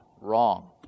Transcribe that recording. wrong